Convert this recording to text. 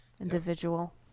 individual